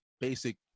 basic